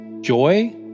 joy